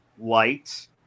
light